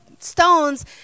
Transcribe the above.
stones